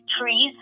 trees